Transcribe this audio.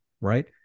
right